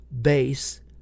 base